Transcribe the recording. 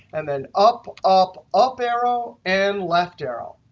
and then up, up, up, arrow, and left arrow.